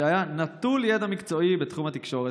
שהיה נטול ידע מקצועי בתחום התקשורת,